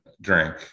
drink